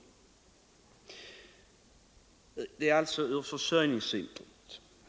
Detta är alltså värdefullt ur försörjningssynpunkt.